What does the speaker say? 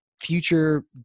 future